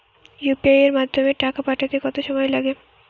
UPI এর মাধ্যমে টাকা পাঠাতে কত সময় লাগে?